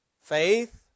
faith